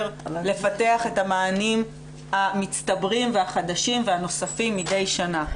לפתח את המענים המצטברים והחדשים והנוספים מדי שנה.